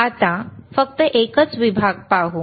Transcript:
आता फक्त एकच विभाग पाहू